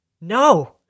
No